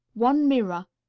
one mirror.